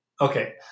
Okay